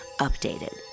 Updated